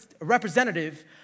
representative